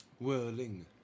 whirling